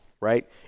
right